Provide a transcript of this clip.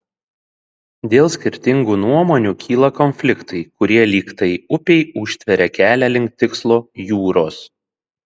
dėl skirtingų nuomonių kyla konfliktai kurie lyg tai upei užtveria kelią link tikslo jūros